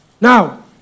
Now